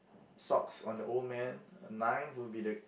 socks on the old man ninth would be the